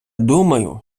думаю